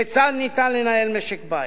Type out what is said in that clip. כיצד ניתן לנהל משק-בית?